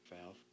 Valve